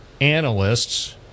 analysts